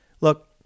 Look